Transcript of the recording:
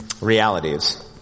realities